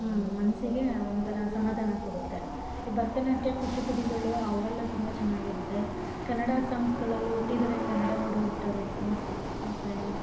ಮನ್ಸಿಗೆ ಒಂಥರ ಸಮಾಧಾನ ಕೊಡುತ್ತೆ ಈ ಭರ್ತನಾಟ್ಯ ಕೂಚಿಪುಡಿಗಳು ಅವೆಲ್ಲ ತುಂಬ ಚೆನ್ನಾಗಿರುತ್ತೆ ಕನ್ನಡ ಸಾಂಗ್ಸ್ಗಳಲ್ಲೂ ಹುಟ್ಟಿದರೆ ಕನ್ನಡ ನಾಡಲ್ಲಿ ಹುಟ್ಟಬೇಕು ಮತ್ತು